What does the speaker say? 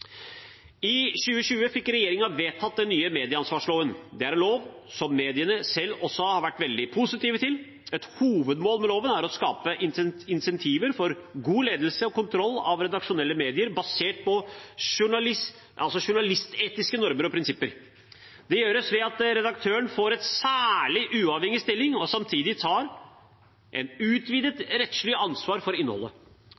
I 2020 fikk regjeringen vedtatt den nye medieansvarsloven. Det er en lov som mediene selv også har vært veldig positive til. Et hovedmål med loven er å skape insentiver for god ledelse og kontroll av redaksjonelle medier basert på journalistetiske normer og prinsipper. Det gjøres ved at redaktøren får en særlig uavhengig stilling og samtidig tar